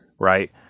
Right